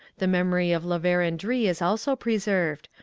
the memory of la verendrye is also preserved,